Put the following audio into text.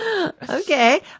okay